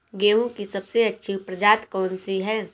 गेहूँ की सबसे अच्छी प्रजाति कौन सी है?